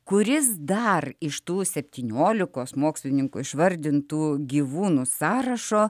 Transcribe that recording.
kuris dar iš tų septyniolikos mokslininkų išvardintų gyvūnų sąrašo